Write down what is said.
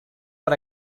per